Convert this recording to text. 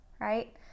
right